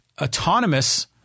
autonomous